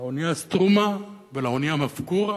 לאונייה "סטרומה" ולאונייה "מפקורה"